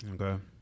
Okay